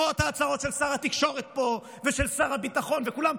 למרות ההצהרות של שר התקשורת פה ושל שר הביטחון וכולם,